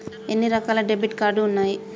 ఎన్ని రకాల debit card ఉన్నాయి?